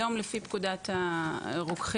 היום לפי פקודת הרוקחים,